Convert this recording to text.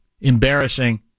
embarrassing